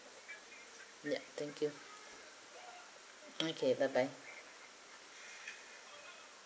yup thank you okay bye bye